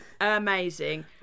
Amazing